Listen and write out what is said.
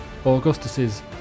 Augustus's